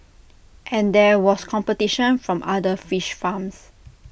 and there was competition from other fish farms